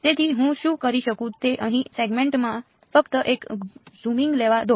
તેથી હું શું કરી શકું તે અહીં સેગમેન્ટમાં ફક્ત એક ઝૂમિંગ લેવા દો